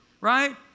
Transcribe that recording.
right